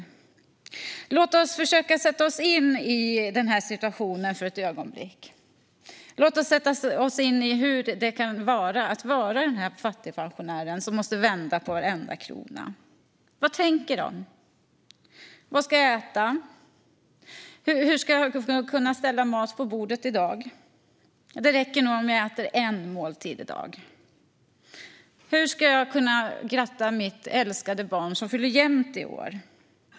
Låt oss för ett ögonblick försöka sätta oss in i situationen och föreställa oss hur det kan vara att vara en fattigpensionär som måste vända på varenda krona. Vad tänker man? Vad ska jag äta? Hur ska jag kunna ställa mat på bordet i dag? Det räcker nog med en måltid i dag. Hur ska jag kunna gratta mitt älskade barn som fyller jämnt i år?